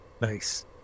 nice